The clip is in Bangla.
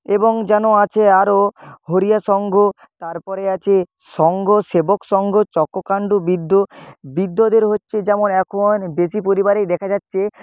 এবং যেন আছে আরও হরিয়া সঙ্ঘ তারপরে আছে সঙ্ঘ সেবক সঙ্ঘ চক্র কাণ্ড বৃদ্ধ বৃদ্ধদের হচ্ছে যেমন এখন বেশি পরিবারেই দেখা যাচ্ছে